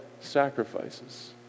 sacrifices